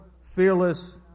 fearless